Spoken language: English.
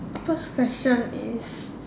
first question is